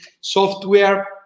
software